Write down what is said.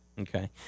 Okay